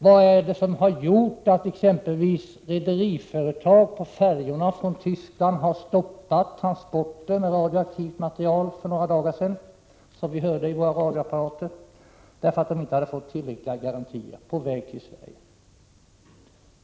Vad är det som gjort att exempelvis ett rederiföretag för några dagar sedan stoppade färjor från Västtysklad med transport från radioaktivt material därför att man inte hade fått tillräckliga garantier i fråga om säkerheten?